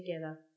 together